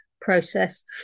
process